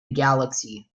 galaxy